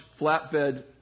flatbed